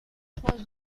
trois